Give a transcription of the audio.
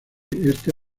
este